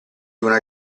una